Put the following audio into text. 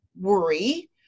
worry